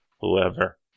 whoever